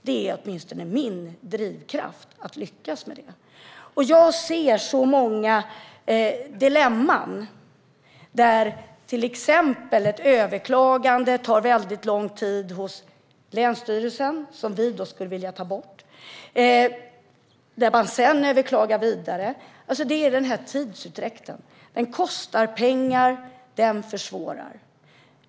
Det är åtminstone min drivkraft att lyckas med allt det vi kan förbättra. Jag ser många dilemman där till exempel ett överklagande hos länsstyrelsen - som vi skulle vilja ta bort - tar lång tid och där man sedan överklagar vidare. Det handlar om tidsutdräkten. Den kostar pengar, och den försvårar.